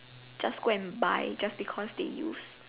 just go and buy just because they use